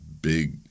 big